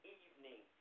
evening